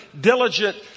diligent